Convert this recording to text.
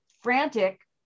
frantic